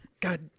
God